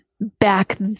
back